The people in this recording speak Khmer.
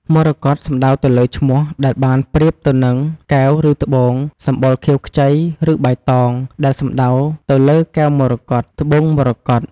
មរកត សំដៅទៅលើឈ្មោះដែលបានប្រៀបទៅនឹង កែវឬត្បូងសម្បុរខៀវខ្ចី ឬបៃតង ដែលសំដៅទៅលើ កែវមរកត ត្បូងមរកត។